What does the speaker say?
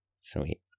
Sweet